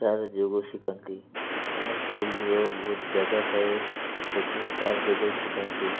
sir ଯୋଗ ଶିଖାନ୍ତି ଆମ ସ୍କୁଲର ବହୁତ ଜାଗା ଥାଏ ସେଇଠିରେ ସାର୍ ଯୋଗ ଶିଖାନ୍ତି